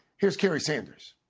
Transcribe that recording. here's carry sanders.